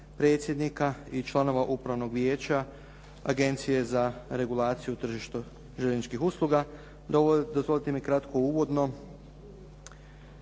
predsjednika i članova Upravnog vijeća Agencije za regulaciju tržišta željezničkih usluga. Dozvolite mi kratko uvodno.